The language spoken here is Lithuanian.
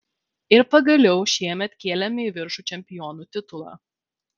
ir pagaliau šiemet kėlėme į viršų čempionų titulą